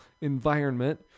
environment